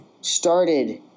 started